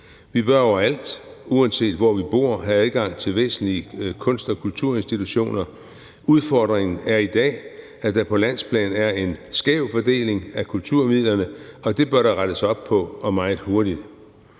Vi bør overalt, uanset hvor vi bor, have adgang til væsentlige kunst- og kulturinstitutioner. Udfordringen er i dag, at der på landsplan er en skæv fordeling af kulturmidlerne, og det bør der rettes op på, og det bør